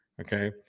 okay